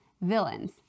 villains